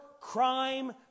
crime